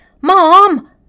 Mom